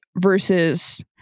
Versus